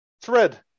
Thread